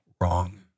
wrong